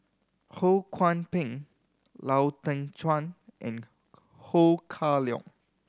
Ho Kwon Ping Lau Teng Chuan and Ho Kah Leong